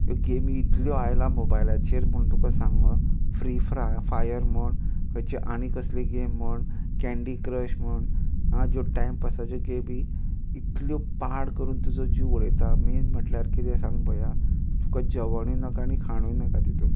ह्यो गेमी इतल्यो आयला मोबायलाचेर म्हूण तुका सांग फ्री फ्रा फायर म्हूण खंयची आनी कसली गेम म्हण कँडी क्रश म्हण आ ज्यो टायमपासाच्यो गेबी इतल्यो पाड करून तुजो जीव वडयता मेन म्हटल्यार किदें सांग पळया तुका जेवणूय नाका आनी खाणूय नाका तितून